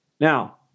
Now